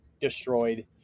destroyed